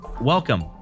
Welcome